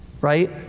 right